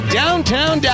downtown